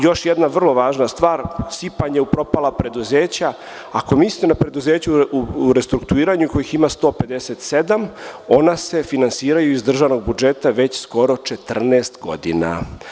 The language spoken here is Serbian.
Još jedna vrlo važna stvar, sipanje u propala preduzeća, ako mislite na preduzeća u restrukturiranju, kojih ima 157, ona se finansiraju iz državnog budžeta već skoro 14 godina.